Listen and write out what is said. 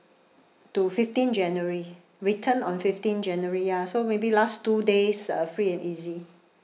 to fifteen january return on fifteen january ya so maybe last two days are free and easy